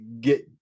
get